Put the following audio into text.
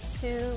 two